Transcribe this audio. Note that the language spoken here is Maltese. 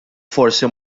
forsi